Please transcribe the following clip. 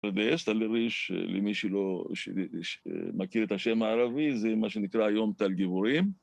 מה קורה